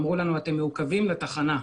אמרו לנו שאנחנו מעוכבים לתחנה.